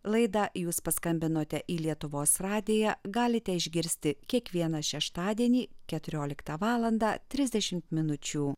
laidą jūs paskambinote į lietuvos radiją galite išgirsti kiekvieną šeštadienį keturioliktą valandą trisdešim minučių